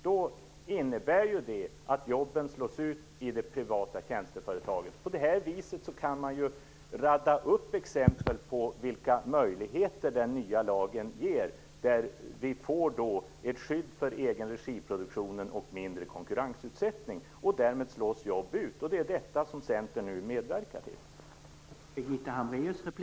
Det innebär ju att jobben slås ut i det privata tjänsteföretaget. På det här viset kan man rada upp exempel på vilka möjligheter den nya lagen ger. Vi får ett skydd för produktionen i egen regi och mindre konkurrensutsättning. Därmed slås jobb ut. Detta medverkar Centern nu till.